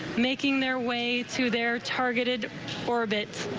making their way to their targeted or but